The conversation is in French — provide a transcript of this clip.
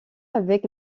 avec